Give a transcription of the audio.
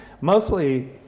Mostly